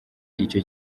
icyo